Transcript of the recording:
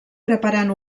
preparant